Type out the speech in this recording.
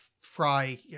Fry